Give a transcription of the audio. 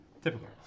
Typical